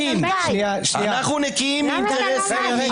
היושב-ראש, למה אתה לא נותן לו לדבר?